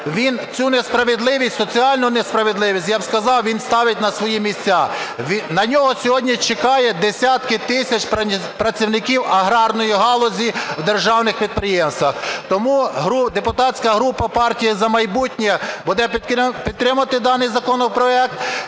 цю несправедливість, соціальну несправедливість, я б сказав, він ставить на свої місця. На нього сьогодні чекають десятки тисяч працівників аграрної галузі в державних підприємствах. Тому депутатська група "Партії "За майбутнє" буде підтримувати даний законопроект.